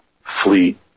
fleet